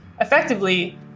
Effectively